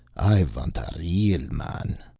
i vant a real man.